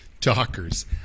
Talkers